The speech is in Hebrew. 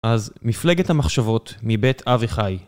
אז מפלג את המחשבות מבית אביחי.